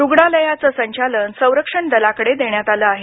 रुग्णालयाचं संचालन संरक्षण दलाकडे देण्यात आलं आहे